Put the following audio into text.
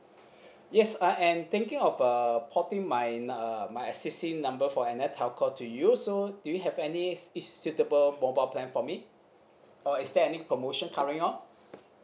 yes I am thinking of uh porting my no~ uh my assistant number for another telco to use so do you have any is suitable mobile plan for me or is there any promotion coming out